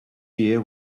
year